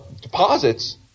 deposits